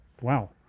wow